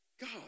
God